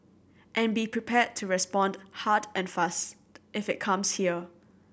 and be prepared to respond hard and fast if it comes here